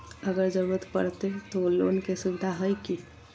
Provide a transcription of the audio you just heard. अगर जरूरत परते तो लोन के सुविधा है की?